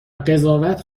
قضاوت